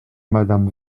madame